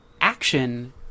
action